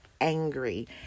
angry